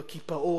בקיפאון,